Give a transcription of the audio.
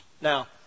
Now